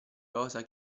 rosa